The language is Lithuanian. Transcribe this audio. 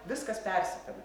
viskas persipina